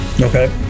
Okay